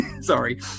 sorry